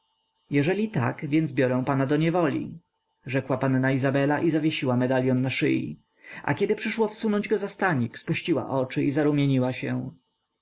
jeżeli tak więc biorę pana do niewoli rzekła panna izabela i zawiesiła medalion na szyi a kiedy przyszło wsunąć go za stanik spuściła oczy i zarumieniła się